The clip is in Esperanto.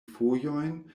fojojn